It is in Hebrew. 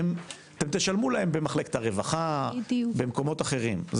אתם תשלמו להם במחלקת הרווחה ובמקומות אחרים.